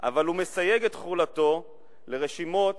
אבל הוא מסייג את תחולתו לרשימות